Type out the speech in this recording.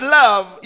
love